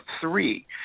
three